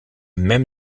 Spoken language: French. même